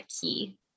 key